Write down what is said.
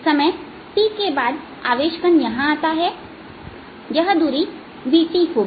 समय t के बाद आवेश कण यहां आता है यह दूरी vt होगी